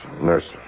Nurse